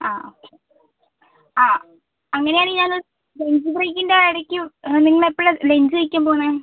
ആ ആ അങ്ങനെ ആണെങ്കിൽ ഞാൻ ലഞ്ച് ബ്രെയ്ക്കിൻ്റെ ആ ഇടക്ക് നിങ്ങൾ എപ്പോഴാണ് ലഞ്ച് കഴിക്കാൻ പോണത്